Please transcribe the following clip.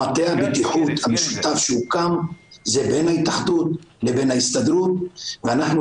מטה הבטיחות המשותף שהוקם זה בין ההתאחדות לבין ההסתדרות ואנחנו